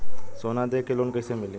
सोना दे के लोन कैसे मिली?